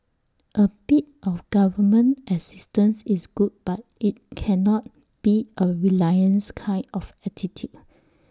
A bit of government assistance is good but IT cannot be A reliance kind of attitude